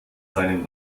seinem